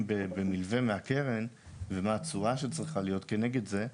במלווה מהקרן ומה התשואה שצריכה להיות כנגד זה,